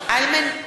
איימן עודה,